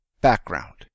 Background